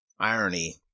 irony